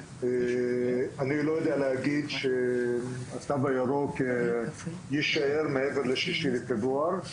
אני לא יודע להגיד שהתו הירוק יישאר מעבר ל-6 בפברואר,